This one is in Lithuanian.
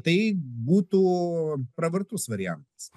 tai būtų pravartus variantas